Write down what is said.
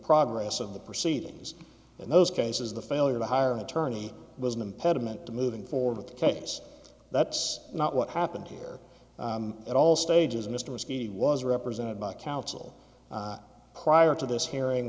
progress of the proceedings in those cases the failure to hire an attorney was an impediment to moving forward with a case that's not what happened here at all stages mr risky was represented by counsel prior to this hearing